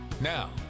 Now